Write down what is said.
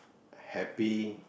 happy